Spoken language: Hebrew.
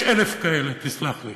יש אלף כאלה, תסלח לי.